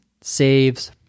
saves